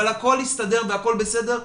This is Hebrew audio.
אבל הכול הסתדר והכול בסדר.